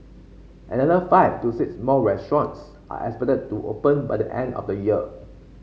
another five to six more restaurants are expected to open by the end of the year